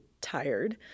tired